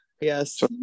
yes